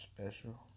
special